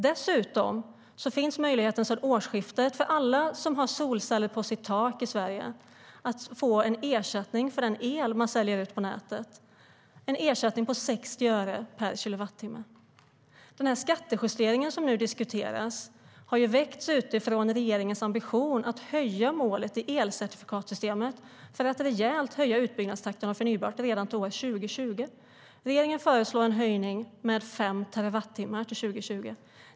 Dessutom finns det sedan årsskiftet möjlighet för alla som har solceller på sitt tak i Sverige att få en ersättning på 60 öre per kilowattimme för den el man säljer på nätet. Diskussionen om en skattejustering har väckts utifrån regeringens ambition att höja elcertifikatssystemet för att rejält höja utbyggnadstakten för förnybart redan till år 2020. Regeringen föreslår en höjning med 5 terawattimmar till 2020.